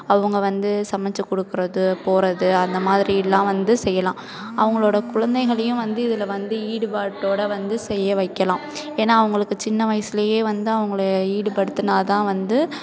அவங்க வந்து சமைச்சிக் கொடுக்கறது போகிறது அந்த மாதிரிலாம் வந்து செய்யலாம் அவங்களோட குழந்தைகளையும் வந்து இதில் வந்து ஈடுபாட்டோடு வந்து செய்ய வைக்கலாம் ஏன்னா அவங்களுக்கு சின்ன வயசுலேயே வந்து அவங்க ஈடுபடுத்தினா தான் வந்து